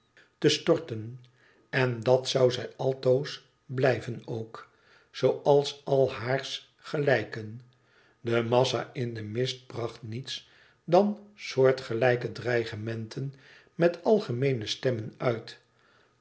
te storten en dat zou zij altoos blijven ook zooals al haars gelijken de massa in den mist bracht niet dan soortgelijke dreigementen met algemeene stemmen uit